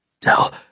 Tell